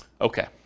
Okay